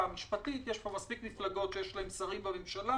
המשפטית יש פה מספיק מפלגות שיש להן שרים בממשלה.